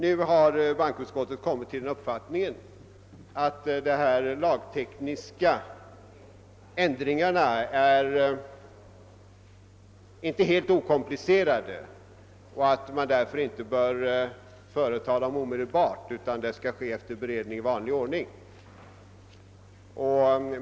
Nu har bankoutskottet kommit till den uppfattningen att de lagtekniska ändringarna inte är helt okomplicerade och att man därför inte bör företa dem omedelbart utan först efter beredning i vanlig ordning.